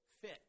fit